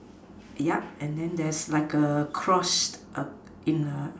yup and then there's like a cross in the